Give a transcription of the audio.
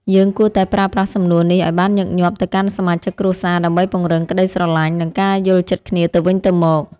យើងគួរតែប្រើប្រាស់សំណួរនេះឱ្យបានញឹកញាប់ទៅកាន់សមាជិកគ្រួសារដើម្បីពង្រឹងក្ដីស្រឡាញ់និងការយល់ចិត្តគ្នាទៅវិញទៅមក។